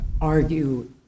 argue